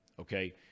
Okay